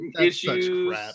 issues